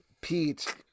Pete